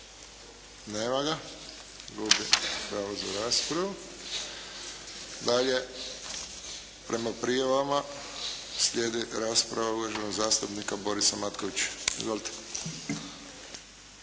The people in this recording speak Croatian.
Nema ga. Gubi pravo za raspravu. Dalje prema prijavama slijedi rasprava uvaženog zastupnika Borisa Matkovića. Izvolite.